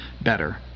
better